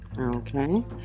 okay